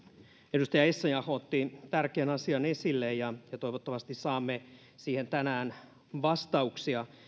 edustaja essayah otti tärkeän asian esille ja toivottavasti saamme siihen tänään vastauksia